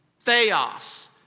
Theos